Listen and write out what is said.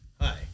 Hi